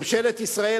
ממשלת ישראל,